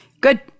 Good